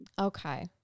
Okay